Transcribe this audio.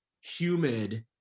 humid